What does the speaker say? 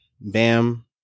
Bam